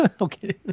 Okay